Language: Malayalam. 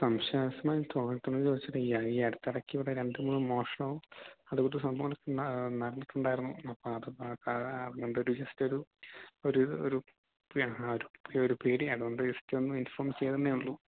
സംശയാസ്പദമായി തോന്നിയിട്ട് ഉണ്ടോന്ന് ചോദിച്ചിട്ട് ഈ ഈ അടുത്തിടക്ക് ഇവിടെ രണ്ട് മൂന്ന് മോഷണവും അതുപോലത്തെ സംഭവങ്ങളൊക്കെ നടന്നിട്ടുണ്ടായിരുന്നു അപ്പോൾ അത് കൊണ്ടൊരു ജെസ്റ്റൊരു ഒരു ഒരു പേടി ആ ഒരു പേടി പേടിയായത് കൊണ്ട് ജെസ്റ്റൊന്ന് ഇൻഫോം ചെയ്തെന്നേ ഉള്ളൂ